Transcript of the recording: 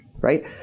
Right